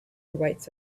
awaits